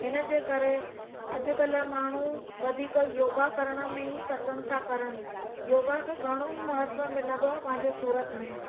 हिन जे करे अॼुकल्ह माण्हू वधीक योगा करण में ई पसंदि था करणु योगा खे घणो ई महत्व मिलंदो आहे पंहिंजे सूरत में